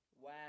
Wow